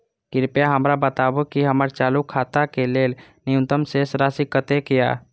कृपया हमरा बताबू कि हमर चालू खाता के लेल न्यूनतम शेष राशि कतेक या